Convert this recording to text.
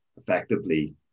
effectively